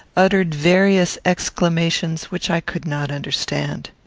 uttered various exclamations which i could not understand.